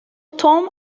توم